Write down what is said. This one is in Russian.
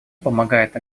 помогает